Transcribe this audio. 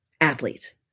athletes